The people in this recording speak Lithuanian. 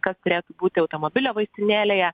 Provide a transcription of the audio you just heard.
kas turėtų būti automobilio vaistinėlėje